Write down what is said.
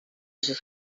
söz